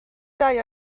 dau